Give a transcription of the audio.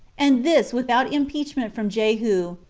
and this without impeachment from jehu,